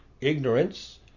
ignorance